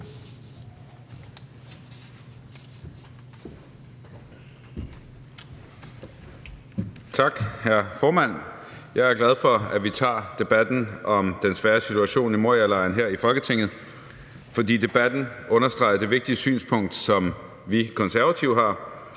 Tak, hr. formand. Jeg er glad for, at vi tager debatten om den svære situation i Morialejren her i Folketinget, for debatten understreger det vigtige synspunkt, som vi Konservative har,